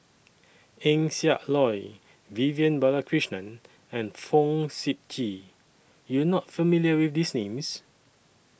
Eng Siak Loy Vivian Balakrishnan and Fong Sip Chee YOU Are not familiar with These Names